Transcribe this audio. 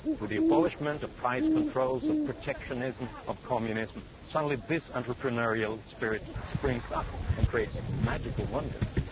with the abolishment of price controls, of protectionism, of communism, suddenly this entrepreneurial spirit springs up and creates magical wonders.